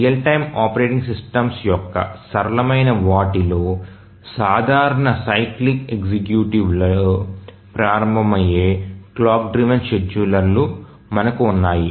real time operating systems యొక్క సరళమైన వాటిలో సాధారణ సైక్లిక్ ఎగ్జిక్యూటివ్లో ప్రారంభమయ్యే క్లాక్ డ్రివెన్ షెడ్యూలర్లు మనకు ఉన్నాయి